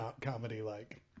comedy-like